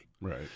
right